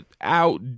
out